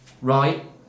right